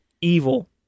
evil